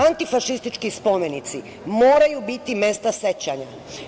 Antifašistički spomenici moraju biti mesta sećanja.